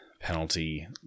Penalty